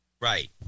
right